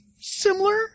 similar